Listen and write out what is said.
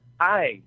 Hi